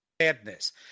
sadness